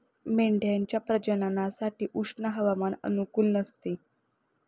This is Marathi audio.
मेंढ्यांच्या प्रजननासाठी उष्ण हवामान अनुकूल नसते